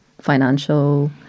financial